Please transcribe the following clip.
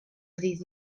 ddydd